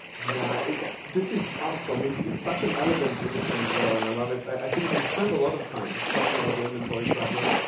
yeah, this is awesome. it's it's such an elegant solution as well. and i love it. i think we spent a lot of time talking about the inventory problem.